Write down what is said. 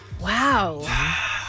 wow